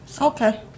Okay